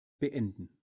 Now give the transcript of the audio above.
beenden